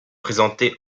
présenté